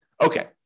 Okay